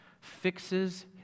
fixes